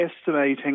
estimating